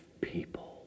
people